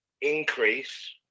increase